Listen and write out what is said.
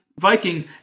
Viking